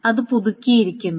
അത് പുതുക്കിയിരിക്കുന്നു